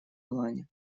плане